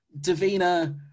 Davina